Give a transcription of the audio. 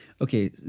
Okay